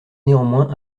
néanmoins